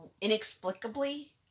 inexplicably